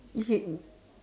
get